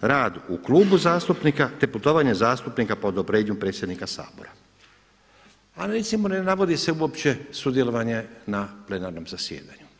rad u klubu zastupnika, te putovanje zastupnika po odobrenju predsjednika Sabora, ali recimo ne navodi se uopće sudjelovanje na plenarnom zasjedanju.